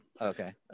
Okay